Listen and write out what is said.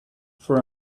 for